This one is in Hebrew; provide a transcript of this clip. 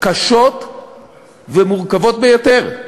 קשות ומורכבות ביותר.